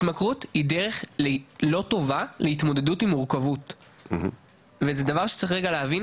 התמכרות היא דרך לא טובה להתמודדות עם מורכבות וזה דבר שצריך רגע להבין,